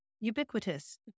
ubiquitous